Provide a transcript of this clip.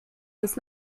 bis